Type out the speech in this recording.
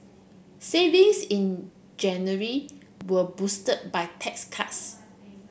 savings in January were boosted by tax cuts